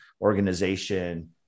organization